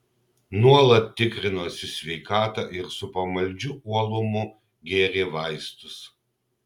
nuolat tikrinosi sveikatą ir su pamaldžiu uolumu gėrė vaistus